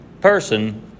person